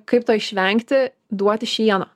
kaip to išvengti duoti šieno